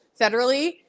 federally